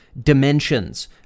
dimensions